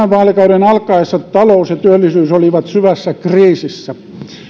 vaalikauden alkaessa talous ja työllisyys olivat syvässä kriisissä